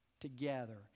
together